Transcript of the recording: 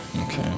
Okay